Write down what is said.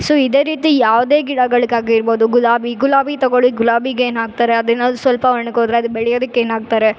so ಇದೆ ರೀತಿ ಯಾವುದೆ ಗಿಡಗಳಿಗಾಗಿರ್ಬೋದು ಗುಲಾಬಿ ಗುಲಾಬಿ ತಗೋಳಿ ಗುಲಾಬಿಗೇನು ಹಾಕ್ತಾರೆ ಅದಿನಲ್ಲಿ ಸ್ವಲ್ಪ ಒಣಗೋದ್ರೆ ಅದು ಬೆಳೆಯೋದಕ್ಕೆ ಏನಾಕ್ತಾರೆ